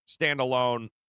standalone